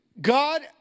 God